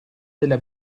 della